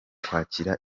kwakira